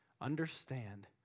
understand